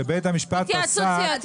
התייעצות סיעתית.